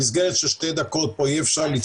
במסגרת של שתי דקות פה אי אפשר לצלול לעומק.